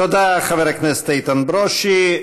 תודה, חבר הכנסת איתן ברושי.